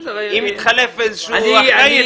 אם יתחלף איזשהו אחראי,